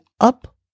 up